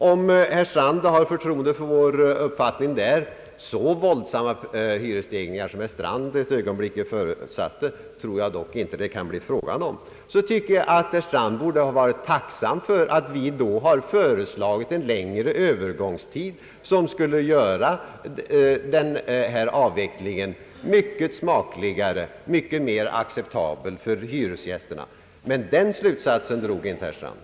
Om herr Strand har förtroende för vår uppfattning därvidlag — så våldsamma hyresstegringar som herr Strand ett ögonblick förutsatte tror jag dock inte det kan bli fråga om — tycker jag att herr Strand borde ha varit tacksam för att vi föreslagit en längre övergångstid, som skulle göra denna avveckling mycket smakligare, mycket mer acceptabel för hyresgästerna. Men den slutsatsen drog inte herr Strand.